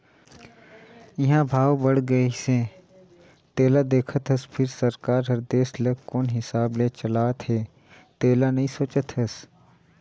इंहा भाव बड़ गइसे तेला देखत हस फिर सरकार हर देश ल कोन हिसाब ले चलात हे तेला नइ सोचत हस